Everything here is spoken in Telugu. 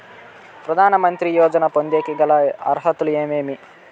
ప్రధాన మంత్రి యోజన పొందేకి గల అర్హతలు ఏమేమి?